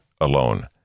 alone